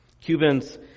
Cubans